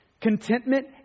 contentment